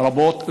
רבות.